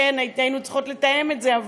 היינו צריכות לתאם את זה.